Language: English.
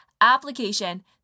application